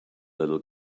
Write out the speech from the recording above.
little